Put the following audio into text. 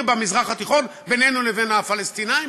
במזרח התיכון: בינינו לבין הפלסטינים,